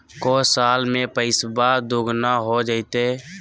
को साल में पैसबा दुगना हो जयते?